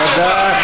תודה,